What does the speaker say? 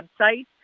website